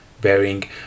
bearing